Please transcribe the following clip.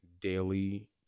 daily